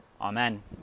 Amen